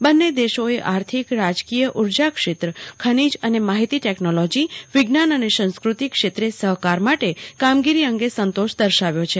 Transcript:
બંને દેશોએ આર્થિકરાજકીય ઉર્જાક્ષેત્રખનીજ અને માહીતી ટેકનોલોજીવિજ્ઞાન અને સંસ્કૃતિ ક્ષેત્રે સહકાર માટે કામગીરી અંગે સંતોષ દર્શાવ્યો છે